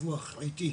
בדיווח עתי.